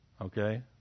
Okay